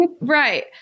Right